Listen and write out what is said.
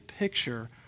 picture